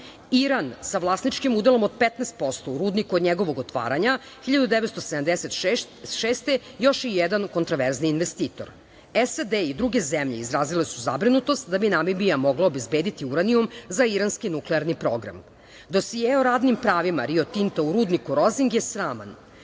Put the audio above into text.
Iran sa vlasničkim udelom od 15% u rudniku od njegovog otvaranja 1976. godine još je jedan kontraverzni investitor. Sjedinjene američke države i druge zemlje izrazile su zabrinutost da bi Namibija mogla obezbediti uranijum za iranski nuklearni program. Dosije o radnim pravima Rio Tinta u rudniku „Rozing“ je sraman.